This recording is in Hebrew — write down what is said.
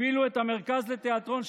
אפילו את המרכז לתיאטרון,